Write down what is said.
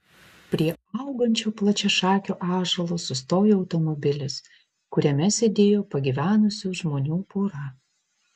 prie augančio plačiašakio ąžuolo sustojo automobilis kuriame sėdėjo pagyvenusių žmonių pora